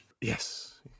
yes